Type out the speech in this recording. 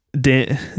Dan